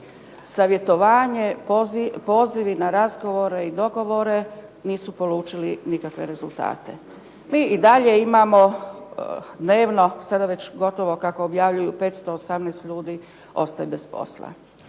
Savjetovanje, pozivi na razgovore i dogovore nisu polučili nikakve rezultate. Mi i dalje imamo dnevno sada već gotovo kako objavljuju 518 ljudi ostaje bez posla.